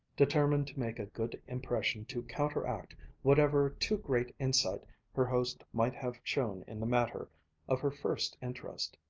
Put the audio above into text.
determined to make a good impression to counteract whatever too great insight her host might have shown in the matter of her first interest.